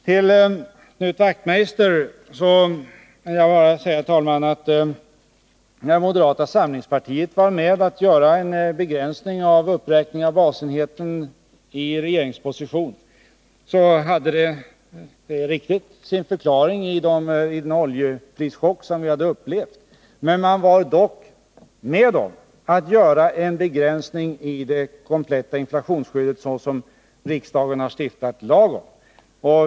Till Knut Wachtmeister vill jag säga att när moderata samlingspartiet i regeringsposition var med om att göra en begränsning av uppräkningen av basenheten hade det helt riktigt sin förklaring i den oljeprischock vi hade upplevt, men de var dock med om att göra en begränsning i det kompletta inflationsskyddet på det sätt riksdagen stiftat lagen.